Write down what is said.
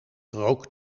rook